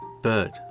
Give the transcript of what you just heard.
bird